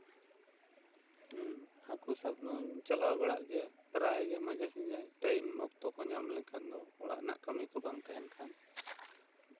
ᱦᱮᱸ ᱦᱟᱹᱠᱩ ᱥᱟᱵ ᱫᱩᱧ ᱪᱟᱞᱟᱜ ᱵᱟᱲᱟᱜ ᱜᱮᱭᱟ ᱯᱨᱟᱭᱜᱮ ᱢᱟᱡᱷᱮ ᱥᱟᱡᱷᱮ ᱴᱟᱭᱤᱢ ᱚᱠᱛᱚ ᱠᱚ ᱧᱟᱢ ᱞᱮᱠᱷᱟᱱ ᱫᱚ ᱚᱲᱟᱜ ᱨᱮᱱᱟᱜ ᱠᱟ ᱢᱤ ᱠᱚ ᱵᱟᱝ ᱛᱟᱦᱮᱱ ᱠᱷᱟᱱ